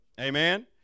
Amen